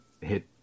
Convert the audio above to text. hit